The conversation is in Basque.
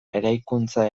eraikuntza